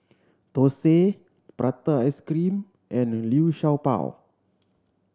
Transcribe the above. thosai prata ice cream and Liu Sha Bao